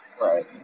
Right